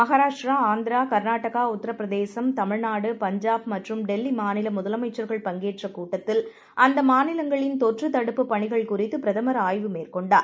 மகாராஷ்டிரா ஆந்திரா கர்நாடகா உத்தரபிரதேசம் தமிழ்நாடு பஞ்சாப்மற்றும்டெல்லிமுதலமைச்சர்கள்பங்கேற்றகூட்ட த்தில் அந்தமாநிலங்களின்தொற்றுதடுப்புபணிகள்குறித்துபிர தமர்ஆய்வுமேற்கொண்டார்